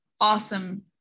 awesome